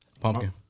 pumpkin